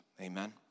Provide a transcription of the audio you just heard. Amen